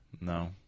No